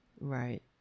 Right